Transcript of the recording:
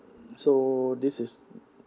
so this is